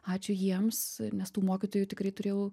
ačiū jiems nes tų mokytojų tikrai turėjau